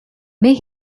may